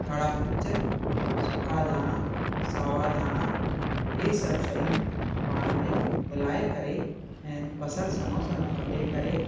गाढ़ा मिर्चु सुका धाणा सावा धाणा इहे सभु शयूं पाण में मिलाए करे ऐं बसरु सनो सनो कटे करे